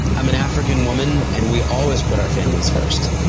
i'm an african woman and we always put our families first.